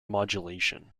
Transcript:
modulation